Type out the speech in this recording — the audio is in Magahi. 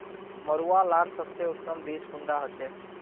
मरुआ लार सबसे उत्तम बीज कुंडा होचए?